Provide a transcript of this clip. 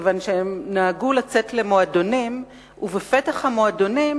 כיוון שהם נהגו לצאת למועדונים ובפתח המועדונים